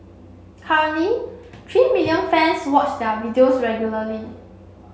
currently three million fans watch their videos regularly